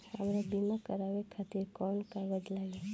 हमरा बीमा करावे खातिर कोवन कागज लागी?